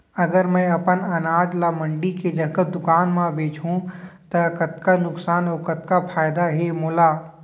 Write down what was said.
अगर मैं अपन अनाज ला मंडी के जगह दुकान म बेचहूँ त कतका नुकसान अऊ फायदा हे मोला?